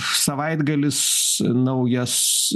savaitgalis naujas